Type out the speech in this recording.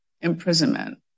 imprisonment